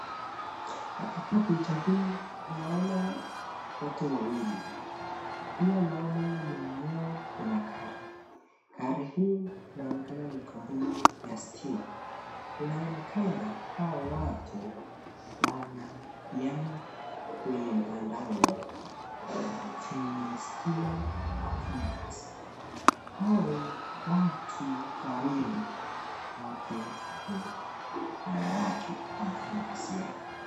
Katika picha hii tunaona watu wawili pia tunaona nyuma yao kuna gari gari hii inaonekana ni kampuni ya stima inaonekana hao watu wanaambiana mtandaoni venye stima inafanya kazi hao watu wawili wote ni wanawake wanafanya kazi ya.